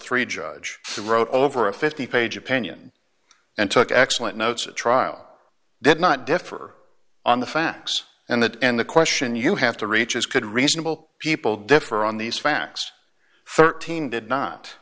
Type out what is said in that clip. three judge who wrote over a fifty page opinion and took excellent notes at trial did not differ on the facts and that and the question you have to reach is could reasonable people differ on these facts thirteen did not